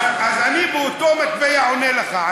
אז אני באותה מטבע עונה לך.